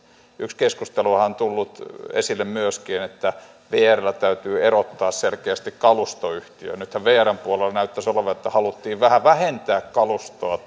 yksi keskusteluhan on tullut esille myöskin että vrllä täytyy erottaa selkeästi kalustoyhtiö nythän vrn puolella näyttäisi olevan että haluttiin vähän vähentää kalustoa